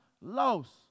lost